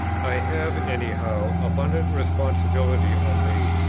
i have any how abundant responsibility on me,